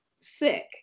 sick